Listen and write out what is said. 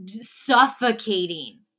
suffocating